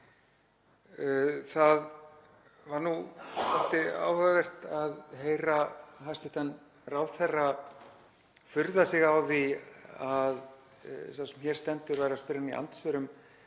Það var dálítið áhugavert að heyra hæstv. ráðherra furða sig á því að sá sem hér stendur væri að spyrja hann í andsvörum